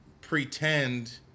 pretend